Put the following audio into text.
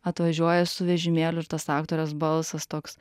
atvažiuoja su vežimėliu ir tas aktorės balsas toks